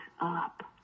up